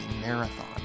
marathon